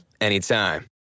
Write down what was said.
anytime